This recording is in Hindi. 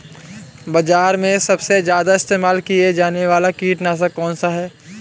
बाज़ार में सबसे ज़्यादा इस्तेमाल किया जाने वाला कीटनाशक कौनसा है?